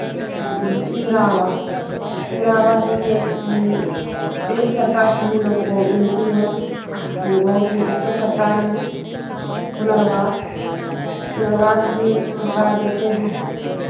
इन्द्रावास इन्द्रावास जैसे यही सरकार से हम लोग को मिलती है वो बहुत ही अच्छे सरकार हैं पुनर्वास पुनर्वास भी सरकार देते हैं